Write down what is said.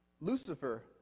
Lucifer